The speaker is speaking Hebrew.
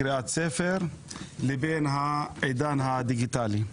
קריאת ספר, לבין העידן הדיגיטלי.